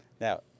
Now